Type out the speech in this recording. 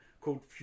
called